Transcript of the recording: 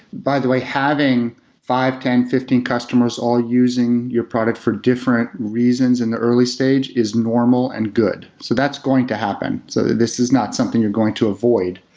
by the way, having five, ten, fifteen customers all using your product for different reasons in the early stage is normal and good. so that's going to happen. so this is not something you're going to avoid.